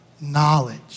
knowledge